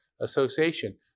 Association